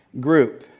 group